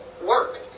work